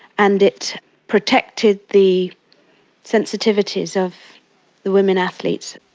and it protected the sensitivities of the women athletes.